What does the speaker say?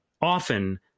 often